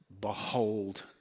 behold